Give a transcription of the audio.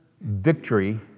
victory